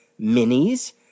minis